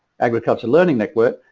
agriculture learning network.